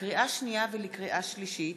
לקריאה שנייה ולקריאה שלישית: